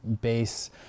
base